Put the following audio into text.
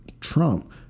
Trump